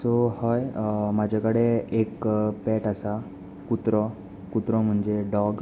so हय म्हजे कडेन एक पॅट आसा कुत्रो म्हणजे डोग